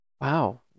wow